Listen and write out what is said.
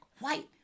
white